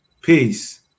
peace